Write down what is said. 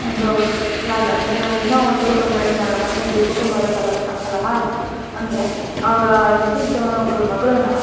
ಒಂದು ವ್ಯಾಜ್ಯ ಅಂದರೆ ಏನೋ ಒಂದು ತೊಂದರೆ ಮನೆಯಲ್ಲಿ ಕುಟುಂಬದ ಕಲಹ ಕಲಹ ಆಯಿತು ಅಂದರೆ ಅಔರು ಇದ್ದಿದ್ದು ಒಬ್ಬಳು ಮಗಳನ್ನು